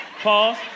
pause